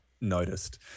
noticed